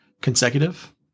consecutive